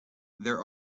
there